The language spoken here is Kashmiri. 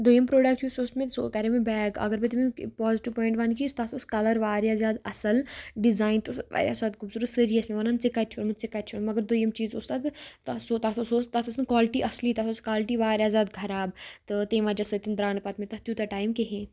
دٔیِم پروڈکٹ یُس اوس مےٚ سُہ کَرے مےٚ بیگ اگر بہٕ تٔمیُک پازِٹیو پوینٹ وَنہٕ کہِ تَتھ اوس کَلَر واریاہ زیادٕ اَصٕل ڈِزِایِن تہِ اوس واریاہ زیاد خوٗبصوٗرت سٲری ٲس مےٚ وَنان ژےٚ کَتہِ چھُ یہِ اوٚنُمت ژےٚ کَتہِ چھُ اوٚنمُت مگر دٔیِم چیٖز اوس تَتھ تَتھ سُہ سُہ اوس تَتھ ٲس نہٕ کالٹی اَصلی تَتھ ٲس کالٹی واریاہ زیادٕ خراب تہٕ تٔمۍ وجہ سۭتۍ درٛاو نہٕ پتہٕ مےٚ تَتھ تیوٗتاہ ٹایِم کِہیٖنۍ